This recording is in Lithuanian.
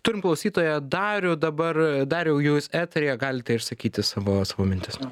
turim klausytoją darių dabar dariau jūs eteryje galite išsakyti savo savo mintis